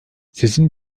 sizin